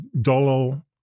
Dolo